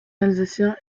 alsacien